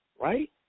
right